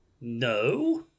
No